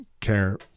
care